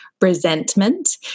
resentment